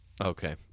Okay